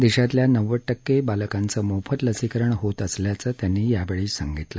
देशातल्या नव्वद टक्के बालकांचं मोफत लसीकरण होत असल्याचं त्यांनी यावेळी सांगितलं